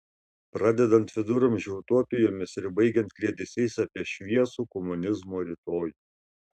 pradedant viduramžių utopijomis ir baigiant kliedesiais apie šviesų komunizmo rytojų